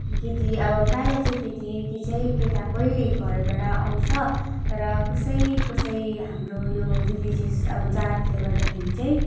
केटी अब प्राय चाहिँ केटी कि चाहिँ केटाकै घरबाट आउँछ तर कसै कसै हाम्रो यो रिलिजियस अब जातले गर्दाखेरि चाहिँ